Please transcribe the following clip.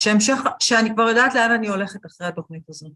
‫שאני כבר יודעת לאן אני הולכת ‫אחרי התוכנית הזאת.